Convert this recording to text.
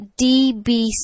DBC